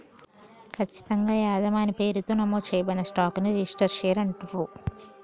ఖచ్చితంగా యజమాని పేరుతో నమోదు చేయబడిన స్టాక్ ని రిజిస్టర్డ్ షేర్ అంటుండ్రు